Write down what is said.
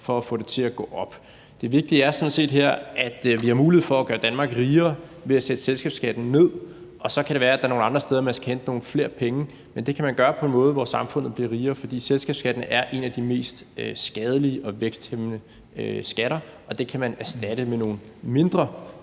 for at få det til at gå op. Det vigtige er sådan set her, at vi har mulighed for at gøre Danmark rigere ved at sætte selskabsskatten ned, og så kan det være, at der er nogle andre steder, man skal hente nogle flere penge, men det kan man gøre på en måde, hvor samfundet bliver rigere, for selskabsskatten er en af de mest skadelige og væksthæmmende skatter, og den kan man erstatte med nogle mindre